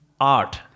art